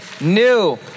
new